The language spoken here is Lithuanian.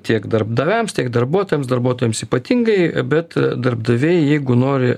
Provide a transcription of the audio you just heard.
tiek darbdaviams tiek darbuotojams darbuotojams ypatingai bet darbdaviai jeigu nori